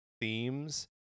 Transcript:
themes